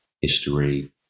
history